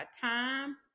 time